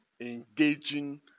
engaging